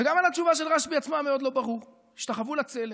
וגם התשובה של רשב"י עצמו מאוד לא ברורה: "השתחוו לצלם".